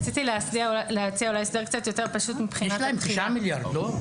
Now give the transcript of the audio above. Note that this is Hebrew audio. רציתי להציע הסדר קצת יותר פשוט מבחינת התחילה.